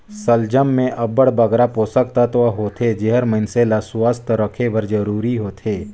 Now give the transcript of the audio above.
सलजम में अब्बड़ बगरा पोसक तत्व होथे जेहर मइनसे ल सुवस्थ रखे बर जरूरी होथे